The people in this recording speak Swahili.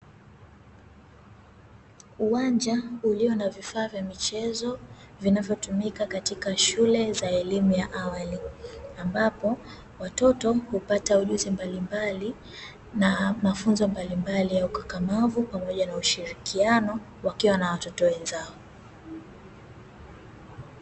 Uwanja ulio na vifaaa vya michezo vinavyotumika katika shule za elimu ya awali, ambapo watoto hupata ujuzi mbalimbali na mafunzo mbalimbali ya ukakamavu pamoja na ushirikiano wakiwa na watoto wenzao.